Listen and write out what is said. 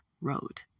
Road